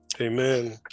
Amen